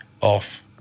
off